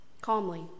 Calmly